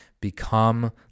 become